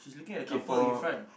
K for